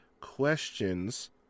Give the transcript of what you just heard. questions